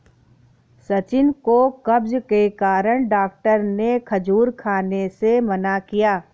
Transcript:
सचिन को कब्ज के कारण डॉक्टर ने खजूर खाने से मना किया